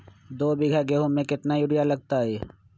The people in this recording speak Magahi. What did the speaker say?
दो बीघा गेंहू में केतना यूरिया लगतै?